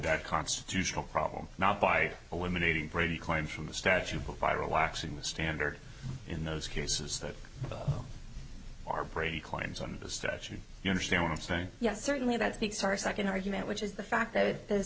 that constitutional problem not by eliminating brady claims from the statute provide relaxing the standard in those cases that are brady claims on the statute you understand what i'm saying yes certainly that makes our second argument which is the fact that this